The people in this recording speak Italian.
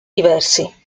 diversi